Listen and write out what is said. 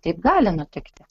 taip gali nutikti